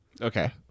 Okay